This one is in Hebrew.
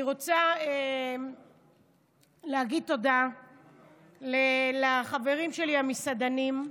אני רוצה להגיד תודה לחברים המסעדנים שלי,